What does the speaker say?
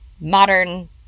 modern